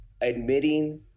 admitting